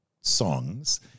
songs